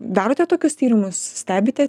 darote tokius tyrimus stebite